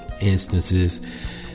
instances